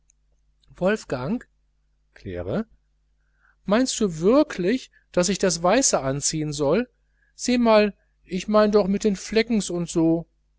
wolfgang claire meinst du würklich daß ich das weiße anziehen soll seh mal ich meine mit den fleckens un so